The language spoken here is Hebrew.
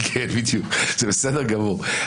זה בסדר גמור.